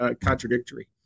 contradictory